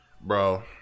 bro